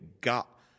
got